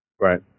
Right